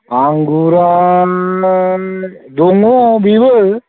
आंगुरा दङ बेबो